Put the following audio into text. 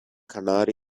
canary